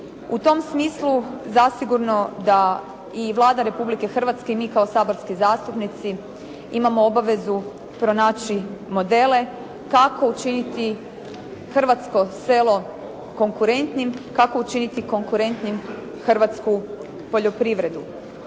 U tom smislu zasigurno da i Vlada Republike Hrvatske i mi kao saborski zastupnici imamo obavezu pronaći modele kako učiniti hrvatsko selo konkurentnim, kako učiniti konkurentnim hrvatsku poljoprivredu.